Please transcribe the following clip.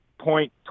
point